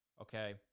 Okay